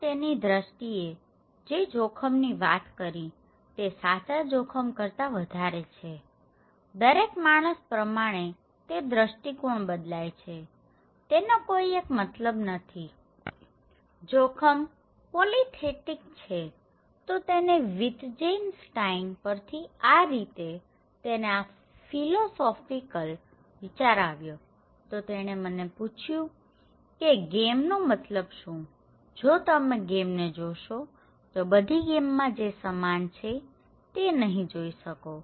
પણ તેની દ્રષ્ટિએ જે જોખમની વાત કરી તે સાચા જોખમ કરતાં વધારે છેદરેક માણસ પ્રમાણે તે દ્રષ્ટિકોણ બદલાય છેતેનો કોઈ એક મતલબ નથી જોખમ પોલીથેટિક છેતો તેને વિતજેનસ્ટાઇન પરથીઆ રીતે તેને આ ફિલોસોફિકલ વિચાર આવ્યોતો તેણે તમને પૂછ્યું કે ગેમ નો મતલબ શું છેજો તમે ગેમ ને જોશો તો બધી ગેમ માં જે સમાન છે તે નહીં જોઈ શકો